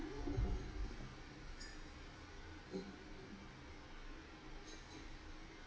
ya